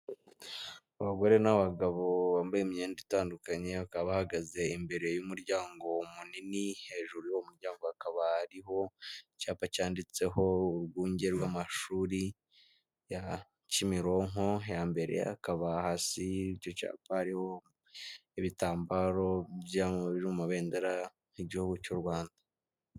Abagore n'abagabo bambaye imyenda itandukanye, bakaba bahagaze imbere y'umuryango munini, hejuru y'uwo muryango hakaba hariho icyapa cyanditseho urwunge rw'amashuri ya Kimironko ya mbere, hakaba hasi y'icyo cyapa hariho ibitambaro biri mu mabendera y'igihugu cy'u Rwanda.